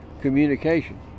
communication